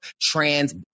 trans